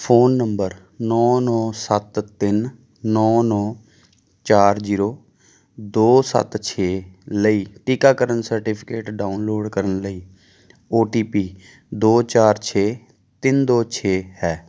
phone number ਨੌਂ ਨੌਂ ਸੱਤ ਤਿੰਨ ਨੌਂ ਨੌਂ ਚਾਰ ਜੀਰੋ ਦੋ ਸੱਤ ਛੇ ਲਈ ਟੀਕਾਕਰਨ ਸਰਟੀਫਿਕੇਟ ਡਾਊਨਲੋਡ ਕਰਨ ਲਈ ਓ ਟੀ ਪੀ ਦੋ ਚਾਰ ਛੇ ਤਿੰਨ ਦੋ ਛੇ ਹੈ